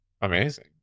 amazing